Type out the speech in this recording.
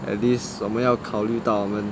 at least 我们要考虑到我们